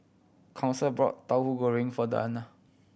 Council bought Tauhu Goreng for Danna